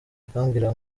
akambwira